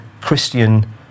Christian